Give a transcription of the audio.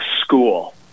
school